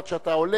עד שאתה עולה,